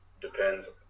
depends